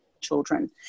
children